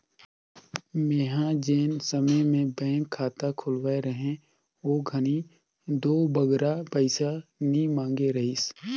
मेंहा जेन समे में बेंक खाता खोलवाए रहें ओ घनी दो बगरा पइसा नी मांगे रहिस